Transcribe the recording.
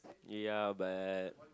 ya but